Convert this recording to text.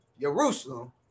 Jerusalem